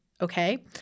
Okay